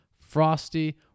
Frosty